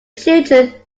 children